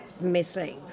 Missing